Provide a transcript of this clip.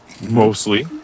Mostly